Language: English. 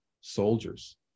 soldiers